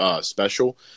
special